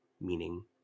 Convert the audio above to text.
meaning